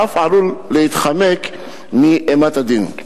ואף עלול להתחמק מאימת הדין.